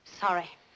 sorry